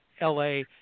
la